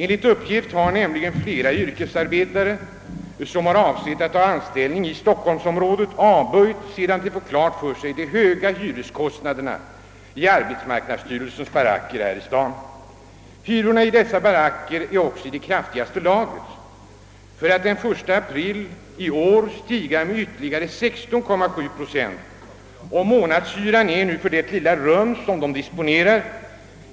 Enligt uppgift har många yrkesarbetare, som avsett att ta anställning i stockholmsområdet, sålunda avböjt sedan de fått klart för sig de höga hyreskostnaderna i arbetsmarknadsstyrelsens baracker här i staden, Dessa hyror, som redan från början var i kraftigaste laget, höjdes den 1 april i år med ytterligare 16,7 procent, så att månadshyran för det lilla rum som en arbetare får disponera nu uppgår till